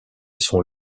sont